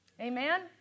Amen